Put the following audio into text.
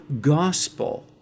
gospel